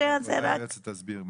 היועצת תסביר.